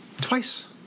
twice